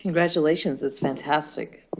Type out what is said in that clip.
congratulations. it's fantastic.